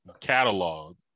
catalog